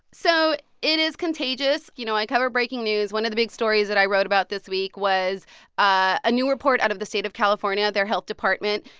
so it is contagious. you know, i cover breaking news. one of the big stories that i wrote about this week was a new report out of the state of california, their health department,